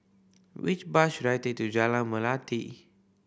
which bus should I take to Jalan Melati